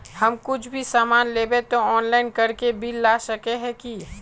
हम कुछ भी सामान लेबे ते ऑनलाइन करके बिल ला सके है की?